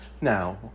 Now